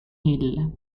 hill